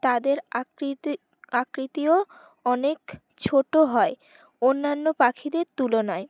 তাদের আকৃতি আকৃতিও অনেক ছোটো হয় অন্যান্য পাখিদের তুলনায়